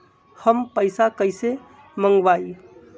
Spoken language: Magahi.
हम पैसा कईसे मंगवाई?